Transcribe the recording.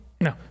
No